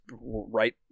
right